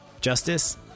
Justice